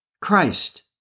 Christ